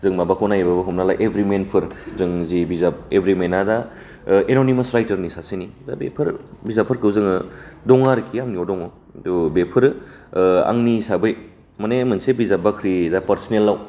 जों माबाखौ नायो हमना ला एभरिमेनफोर जों जि बिजाब एभरिमेना दा एन'निमास राइटारनि सासेनि दा बेफोर बिजाबफोरखौ जोङो दङ आरखि आंनियाव दङ खिन्थु बेफोरो ओ आंनि हिसाबै माने मोनसे बिजाब बाख्रि पारसनेलाव